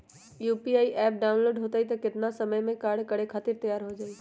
UPI app download होई त कितना समय मे कार्य करे खातीर तैयार हो जाई?